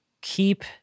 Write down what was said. keep